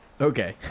Okay